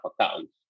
accounts